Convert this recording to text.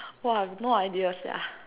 !wow! no idea sia